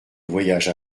voyage